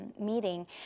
meeting